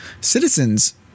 citizens